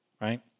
right